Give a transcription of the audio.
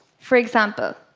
for example,